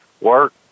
work